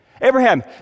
Abraham